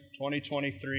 2023